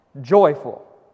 joyful